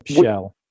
shell